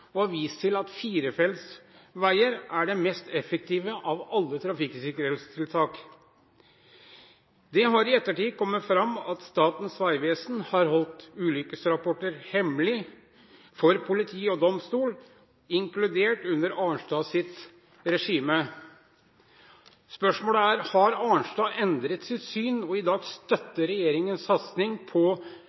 og har vist til at firefeltsveier er det mest effektive av alle trafikksikkerhetstiltak. Det har i ettertid kommet fram at Statens vegvesen har holdt ulykkesrapporter hemmelig for politi og domstol, inkludert under Arnstads regime. Spørsmålet er: Har Arnstad endret sitt syn og støtter i dag regjeringens satsing på